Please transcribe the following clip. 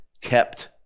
kept